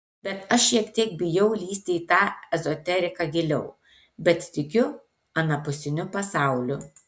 bet aš šiek tiek bijau lįsti į tą ezoteriką giliau bet tikiu anapusiniu pasauliu